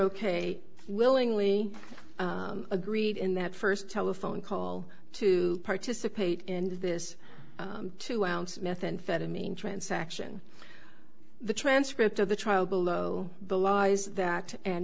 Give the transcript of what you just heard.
ok willingly agreed in that first telephone call to participate in this two ounce methamphetamine transaction the transcript of the trial below the law is that and